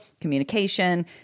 communication